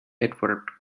edward